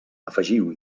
afegiu